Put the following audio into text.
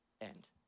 end